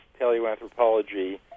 paleoanthropology